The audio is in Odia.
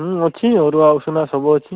ହୁଁ ଅଛି ଅରୁଆ ଉଷୁନା ସବୁଅଛି